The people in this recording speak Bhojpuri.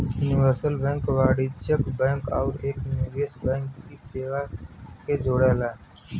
यूनिवर्सल बैंक वाणिज्यिक बैंक आउर एक निवेश बैंक की सेवा के जोड़ला